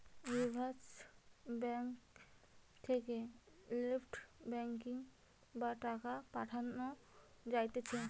reserve bank থেকে NEFT banking বা টাকা পাঠান যাতিছে